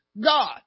God